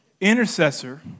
intercessor